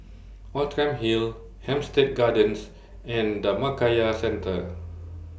Outram Hill Hampstead Gardens and Dhammakaya Centre